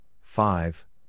five